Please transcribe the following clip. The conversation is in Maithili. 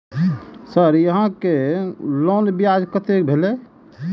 सर यहां के लोन ब्याज कतेक भेलेय?